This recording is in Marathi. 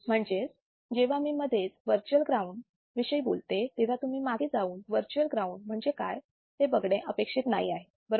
म्हणजेच जेव्हा मी मध्येच वर्च्युअल ग्राउंड विषयी बोलते तेव्हा तुम्ही मागे जाऊन वर्च्युअल ग्राउंड म्हणजे काय ते बघणे अपेक्षित नाही आहे बरोबर